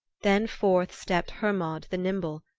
then forth stepped hermod the nimble,